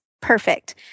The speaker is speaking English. perfect